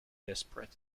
desperate